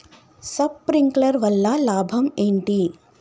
Sprinkler వల్ల లాభం ఏంటి?